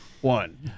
One